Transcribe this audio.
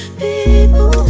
people